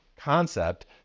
concept